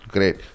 Great